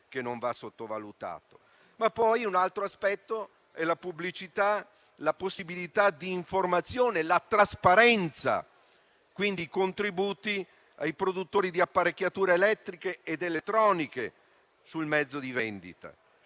le norme sulla pubblicità, la possibilità di informazione e la trasparenza, quindi i contributi ai produttori di apparecchiature elettriche ed elettroniche sul mezzo di vendita.